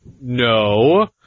No